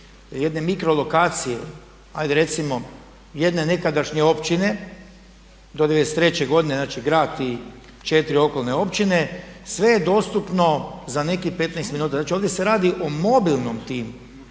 jedne mikro lokacije, hajde recimo jedne nekadašnje općine do '93. godine, znači grad i 4 okolne općine sve je dostupno za nekih 15 minuta. Znači, ovdje se radi o mobilnom timu.